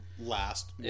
last